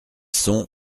sont